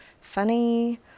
funny